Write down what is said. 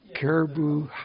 caribou